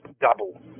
double